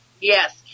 Yes